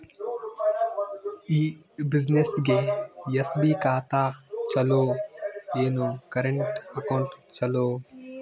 ಈ ಬ್ಯುಸಿನೆಸ್ಗೆ ಎಸ್.ಬಿ ಖಾತ ಚಲೋ ಏನು, ಕರೆಂಟ್ ಅಕೌಂಟ್ ಚಲೋ?